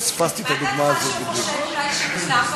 מה דעתך שהוא חושב אולי, ?